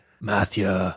Matthew